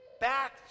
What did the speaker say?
back